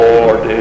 Lord